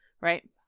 right